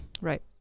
Right